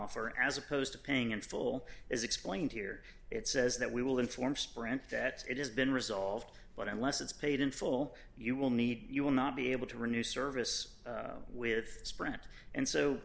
offer as opposed to paying in full is explained here it says that we will inform sprint that it has been resolved but unless it's paid in full you will need you will not be able to renew service with sprint and so